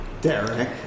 Derek